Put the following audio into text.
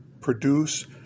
produce